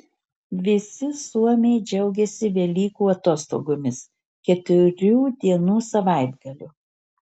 visi suomiai džiaugiasi velykų atostogomis keturių dienų savaitgaliu